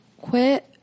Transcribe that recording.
quit